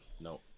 No